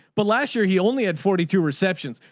but last year he only had forty two receptions.